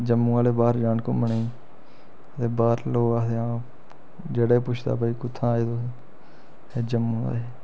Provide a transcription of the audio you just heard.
जम्मू आह्लें बाह्र जाना घूमने गी ते बाह्र लोक आखदे हां जेह्ड़े पुच्छदे भाई कुत्थु आए तुस आखदे जम्मू दा आए